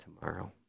tomorrow